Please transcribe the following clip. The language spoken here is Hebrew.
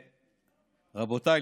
רבותיי,